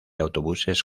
autobuses